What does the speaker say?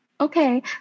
Okay